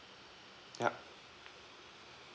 yup